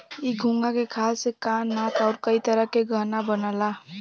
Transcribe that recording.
इ घोंघा के खाल से कान नाक आउर कई तरह के गहना बनला